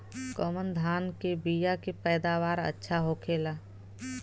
कवन धान के बीया के पैदावार अच्छा होखेला?